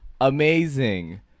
Amazing